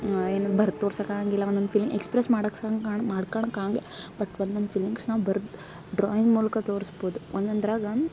ಏನು ಬರ್ದ ತೋರ್ಸಕ್ಕಾಗಂಗಿಲ್ಲ ಒನ್ನೊಂದು ಫೀಲಿಂಗ್ ಎಕ್ಸ್ಪ್ರೆಸ್ ಮಾಡಸ್ಕಣ್ ಕಾಣ್ ಮಾಡ್ಕಣಕ್ಕಾಗ ಬಟ್ ಒನ್ನೊಂದು ಫೀಲಿಂಗ್ಸ್ ನಾವು ಬರ್ದು ಡ್ರಾಯಿಂಗ್ ಮೂಲಕ ತೋರಸ್ಬೋದು ಒಂದೊಂದ್ರಾಗ